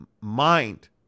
mind